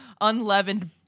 unleavened